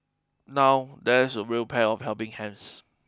now that's a real pair of helping hands